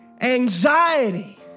anxiety